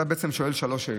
אתה בעצם שואל שלוש שאלות,